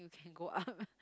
you can go up